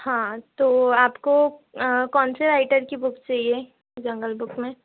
हाँ तो आपको कौनसे राइटर की बुक चाहिए जंगल बुक में